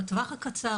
בטווח הקצר,